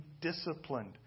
disciplined